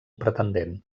pretendent